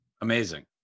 amazing